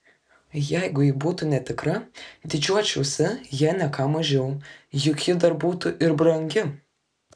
jeigu ji būtų netikra didžiuočiausi ja ne ką mažiau juk ji dar būtų ir brangi